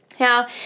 Now